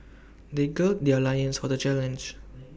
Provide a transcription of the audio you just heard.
they gird their loins for the challenge